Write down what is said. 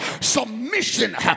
Submission